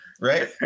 right